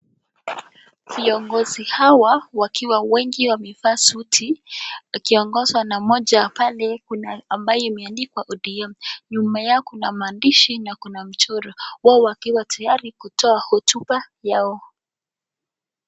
Viongozi awa wakiwa wengi wamevaa suti wakiongozwa na mmoja pale kuna ambaye imeandikwa ODM nyuma yao kuna maandishi na kuna mchoro wao wakiwa tayari kutoa hotuba yao.